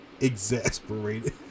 Exasperated